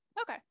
Okay